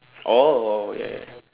oh oh ya ya ya